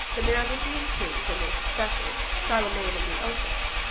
the merovingian kings, and their successors, charlemagne and the othos,